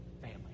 family